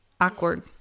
awkward